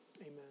amen